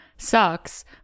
sucks